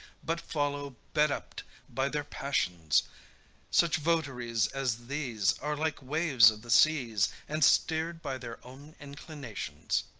but follow bedup'd by their passions such votaries as these are like waves of the seas, and steer'd by their own inclinations.